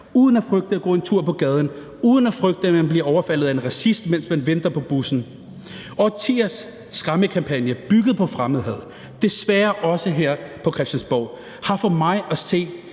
uden at frygte at gå en tur på gaden, uden at frygte, at man bliver overfaldet af en racist, mens man venter på bussen. Årtiers skræmmekampagner bygget på fremmedhad, desværre også her på Christiansborg, har for mig at se